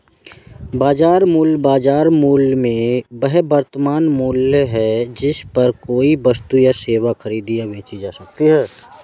बाजार मूल्य, बाजार मूल्य में वह वर्तमान मूल्य है जिस पर कोई वस्तु या सेवा खरीदी या बेची जा सकती है